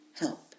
help